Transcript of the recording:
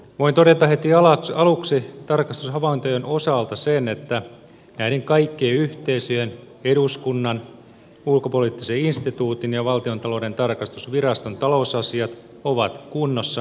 voin todeta heti aluksi tarkastushavaintojen osalta sen että näiden kaikkien yhteisöjen eduskunnan ulkopoliittisen instituutin ja valtiontalouden tarkastusviraston talousasiat ovat kunnossa